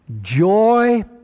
joy